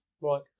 Right